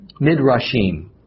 midrashim